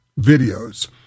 videos